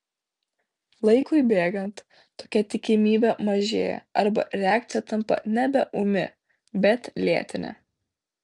laikui bėgant tokia tikimybė mažėja arba reakcija tampa nebe ūmi bet lėtinė